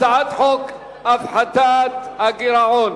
הצעת חוק הפחתת הגירעון